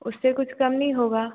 उससे कुछ कम नहीं होगा